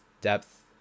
depth